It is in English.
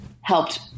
helped